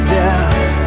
death